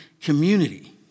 community